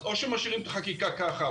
או שמשאירים את החקיקה ככה,